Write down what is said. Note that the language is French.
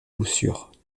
voussures